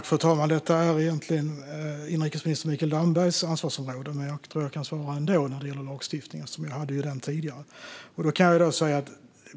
Fru talman! Detta är egentligen inrikesminister Mikael Dambergs ansvarsområde, men jag tror att jag kan svara ändå när det gäller lagstiftningen, eftersom jag hade den tidigare.